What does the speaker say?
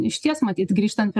išties matyt grįžtant